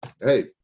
hey-